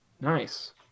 nice